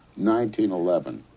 1911